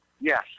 yes